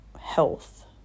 health